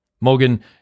Morgan